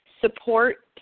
support